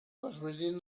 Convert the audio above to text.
ghostwriting